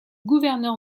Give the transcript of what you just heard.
gouverneur